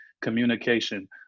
communication